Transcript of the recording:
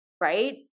Right